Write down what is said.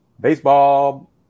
baseball